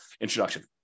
introduction